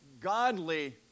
Godly